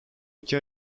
iki